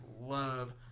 love